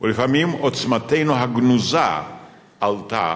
ולפעמים עוצמתנו הגנוזה עלתה